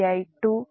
082 p